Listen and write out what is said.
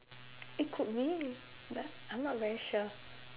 it could but I'm not very sure